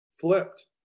flipped